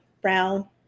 brown